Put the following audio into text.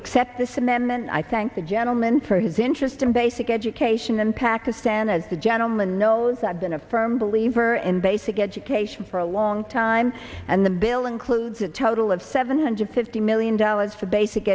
accept this amendment i thank the gentleman for his interest in basic education in pakistan as the gentleman knows i've been a firm believer in basic education for a long time and the bill includes a total of seven hundred fifty million dollars for basic